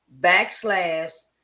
backslash